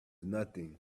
something